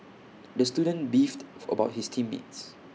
the student beefed for about his team mates